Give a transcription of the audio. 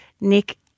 Nick